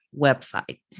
website